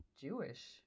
Jewish